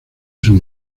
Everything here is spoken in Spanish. sus